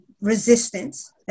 resistance